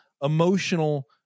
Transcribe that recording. emotional